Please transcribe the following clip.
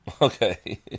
okay